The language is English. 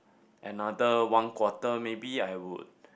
another one quarter maybe I would